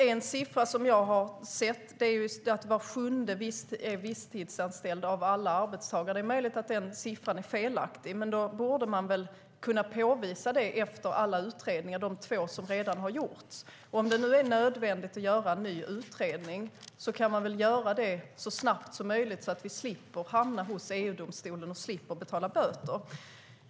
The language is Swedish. En siffra som jag har sett är att av alla arbetstagare är var sjunde visstidsanställd. Det är möjligt att den siffran är felaktig. Men då borde man kunna påvisa det efter alla utredningar och de två som redan har gjorts. Om det nu är nödvändigt att göra en ny utredning kan man väl göra det så snabbt som möjligt så att vi slipper hamna hos EU-domstolen och slipper betala böter.